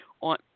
On